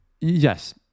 Yes